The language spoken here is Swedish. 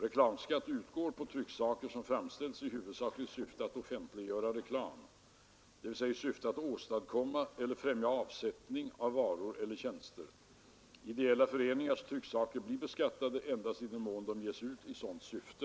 Reklamskatt utgår på trycksaker som framställs i huvudsakligt syfte att offentliggöra reklam, dvs. i syfte att åstadkomma eller främja avsättning av varor eller tjänster. Ideella föreningars trycksaker blir beskattade endast i den mån de ges ut i sådant syfte.